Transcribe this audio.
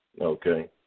okay